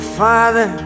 father